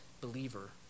believer